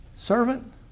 Servant